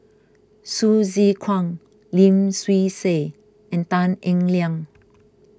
Hsu Tse Kwang Lim Swee Say and Tan Eng Liang